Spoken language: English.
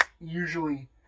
usually